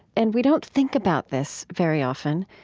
and we don't think about this very often.